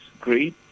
great